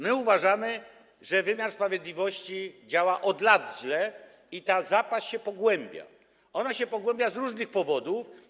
My uważamy, że wymiar sprawiedliwości od lat działa źle i ta zapaść się pogłębia, ona się pogłębia z różnych powodów.